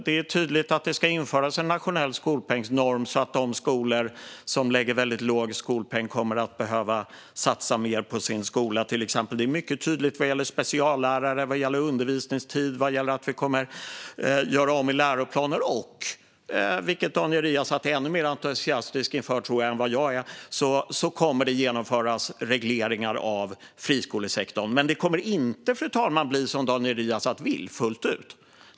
Det står tydligt att det ska införas en nationell skolpengsnorm, så att de kommuner som lägger en väldigt låg skolpeng kommer att behöva satsa mer på sin skola. Det är också tydligt vad gäller speciallärare, undervisningstid och att vi kommer att göra om läroplanerna. Dessutom - vilket jag tror att Daniel Riazat är än mer entusiastisk över än jag - kommer det att genomföras regleringar av friskolesektorn. Det kommer dock inte, fru talman, att bli som Daniel Riazat vill fullt ut.